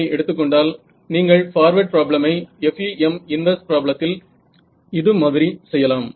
FEMஐ எடுத்துக்கொண்டால் நீங்கள் பார்வேர்ட் ப்ராப்ளமை FEM இன்வர்ஸ் ப்ராப்ளத்தில் இது மாதிரி செய்யலாம்